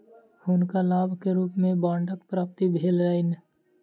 हुनका लाभ के रूप में बांडक प्राप्ति भेलैन